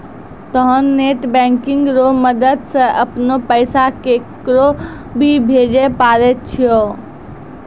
तोंय net banking रो मदद से अपनो पैसा केकरो भी भेजै पारै छहो